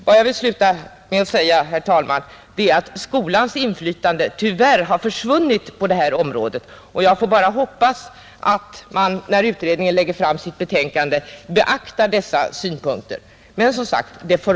Jag vill sluta med att säga att skolans inflytande på detta område tyvärr har försvunnit, och man kan bara hoppas att utredningen, när den lägger fram sitt betänkande, beaktar dessa synpunkter.